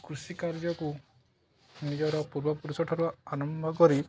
କୃଷି କାର୍ଯ୍ୟକୁ ନିଜର ପୂର୍ବପୁରୁଷ ଠାରୁ ଆରମ୍ଭ କରି